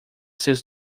seus